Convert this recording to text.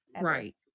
Right